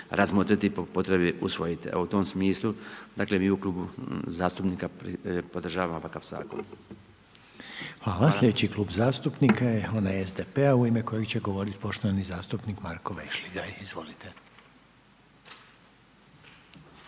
razmotriti i po potrebi usvojiti. Evo u tom smislu dakle mi u Klubu zastupnika podržavamo takav zakon. **Reiner, Željko (HDZ)** Hvala. Sljedeći Klub zastupnika je onaj SDP-a u ime kojeg će govoriti poštovani zastupnik Marko Vešligaj. Izvolite.